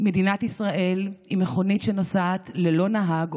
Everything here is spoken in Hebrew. מדינת ישראל עם מכונית שנוסעת ללא נהג,